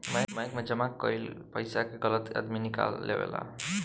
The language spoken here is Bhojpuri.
बैंक मे जमा कईल पइसा के गलत आदमी निकाल लेवेला